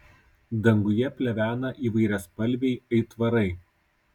danguje plevena įvairiaspalviai aitvarai